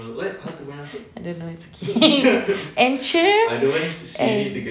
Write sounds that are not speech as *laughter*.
*laughs* I don't know it's okay *laughs* entre~ en~